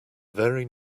very